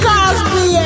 Cosby